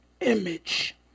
image